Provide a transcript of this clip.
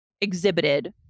exhibited